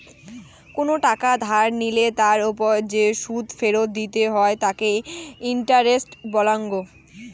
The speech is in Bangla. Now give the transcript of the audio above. কোনো টাকা ধার লিলে তার ওপর যে সুদ ফেরত দিতে হই তাকে ইন্টারেস্ট বলাঙ্গ